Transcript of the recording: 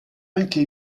anche